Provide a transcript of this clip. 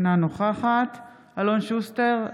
אינה נוכחת אלון שוסטר,